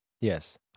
Yes